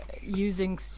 using